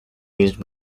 used